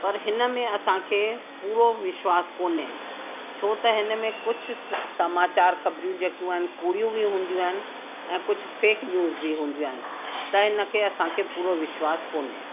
पर हिन में असांखे पूरो विश्वास कोने छो त हिन में कुझु समाचार ख़बरूं जेके आहिनि कूड़ियूं बि हुंदियूं आहिनि ऐं कुझु फ़ेक न्यूज़ बि हूंदियूं आहिनि त हिनखे असांखे पूरो विश्वास कोने